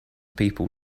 people